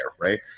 right